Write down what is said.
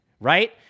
right